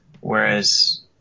Whereas